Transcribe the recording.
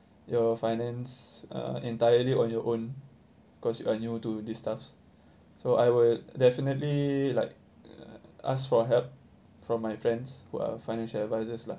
your finance uh entirely on your own because you are new to this stuffs so I will definitely like ask for help from my friends who are financial advisors lah